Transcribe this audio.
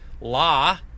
la